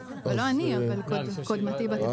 לא אני אלא קודמתי בתפקיד.